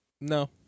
No